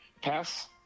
pass